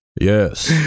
Yes